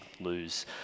lose